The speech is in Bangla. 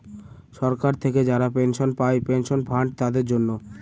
সরকার থেকে যারা পেনশন পায় পেনশন ফান্ড তাদের জন্য